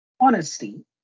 honesty